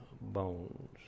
bones